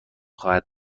خواهد